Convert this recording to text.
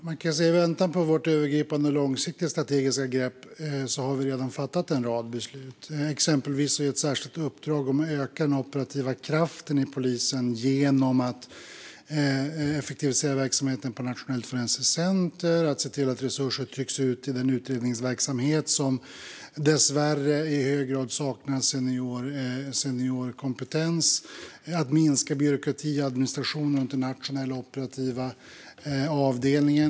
Herr talman! I väntan på vårt övergripande och långsiktiga strategiska grepp kan man se på en rad beslut som vi redan har fattat. Exempelvis har vi gett ett särskilt uppdrag om att öka den operativa kraften i polisen genom att effektivisera verksamheten på Nationellt forensiskt center, att se till att resurser trycks ut till den utredningsverksamhet som dessvärre i hög grad saknar senior kompetens och att minska byråkrati och administration runt Nationella operativa avdelningen.